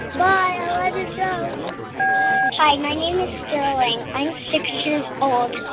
bye, i love your show hi, my name is sterling. i'm six years old.